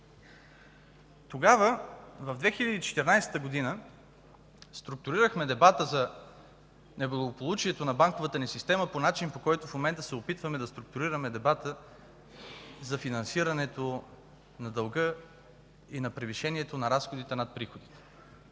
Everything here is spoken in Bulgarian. Тогава, в 2014 г., структурирахме дебата за неблагополучието на банковата ни система по начин, по който в момента се опитваме да структурираме дебата за финансирането на дълга и на превишението на разходите над приходите.